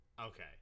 Okay